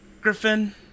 Griffin